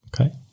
Okay